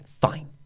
fine